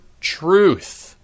truth